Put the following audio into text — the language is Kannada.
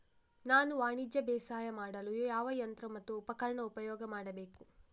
ನಾನು ವಾಣಿಜ್ಯ ಬೇಸಾಯ ಮಾಡಲು ಯಾವ ಯಂತ್ರ ಮತ್ತು ಉಪಕರಣ ಉಪಯೋಗ ಮಾಡಬೇಕು?